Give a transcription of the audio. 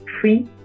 free